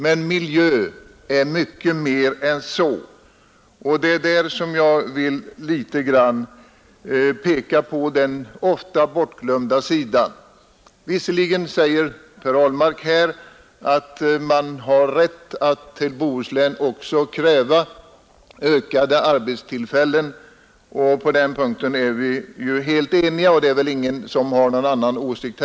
Men miljö är mycket mer än så, och det är på den bortglömda sidan jag vill peka litet grand. Visserligen säger herr Ahlmark att man i Bohuslän också har rätt att kräva ökade arbetstillfällen. På den punkten är vi helt eniga, och det är väl ingen som har någon annan åsikt.